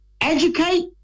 Educate